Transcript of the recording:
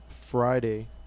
Friday